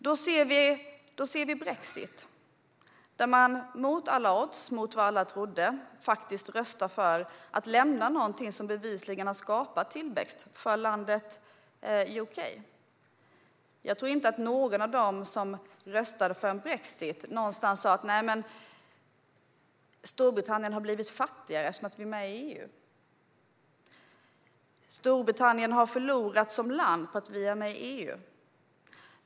Då får vi brexit. Mot alla odds, mot vad alla trodde röstade man för att lämna någonting som bevisligen har skapat tillväxt för Storbritannien. Jag tror inte att någon av dem som röstade för brexit tycker att Storbritannien har blivit fattigare på grund av att man har varit med i EU, eller att Storbritannien har förlorat som land på att vara med i EU.